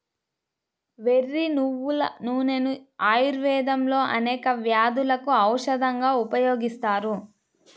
వెర్రి నువ్వుల నూనెను ఆయుర్వేదంలో అనేక వ్యాధులకు ఔషధంగా ఉపయోగిస్తారు